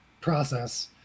process